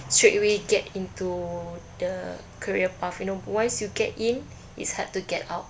straight away get into the career path you know once you get in it's hard to get out